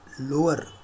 lower